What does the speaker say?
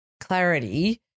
clarity